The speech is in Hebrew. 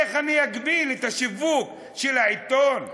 איך אני אגביל את השיווק של העיתון?